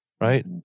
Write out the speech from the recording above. right